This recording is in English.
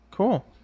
Cool